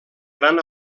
gran